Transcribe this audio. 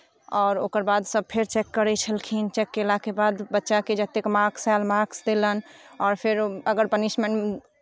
आओर ओकर बाद सभ फेर चेक करैत छलखिन चेक कयलाके बाद बच्चाके जतेक मार्क्स आयल मार्क्स देलनि आओर फेरो अगर पनिशमेंट